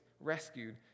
rescued